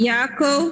Yako